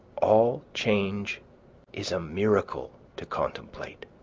all change is a miracle to contemplate